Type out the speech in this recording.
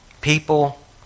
people